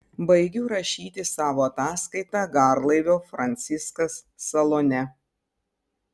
baigiu rašyti savo ataskaitą garlaivio franciskas salone